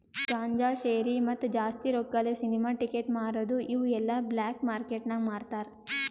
ಗಾಂಜಾ, ಶೇರಿ, ಮತ್ತ ಜಾಸ್ತಿ ರೊಕ್ಕಾಲೆ ಸಿನಿಮಾ ಟಿಕೆಟ್ ಮಾರದು ಇವು ಎಲ್ಲಾ ಬ್ಲ್ಯಾಕ್ ಮಾರ್ಕೇಟ್ ನಾಗ್ ಮಾರ್ತಾರ್